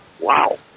wow